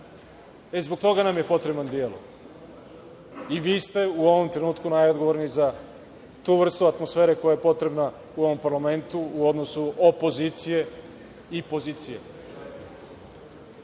Zbog toga nam je potreban dijalog i vi ste u ovom trenutku najodgovorniji za tu vrstu atmosfere koja je potrebna u ovom parlamentu u odnosu opozicije i pozicije. Na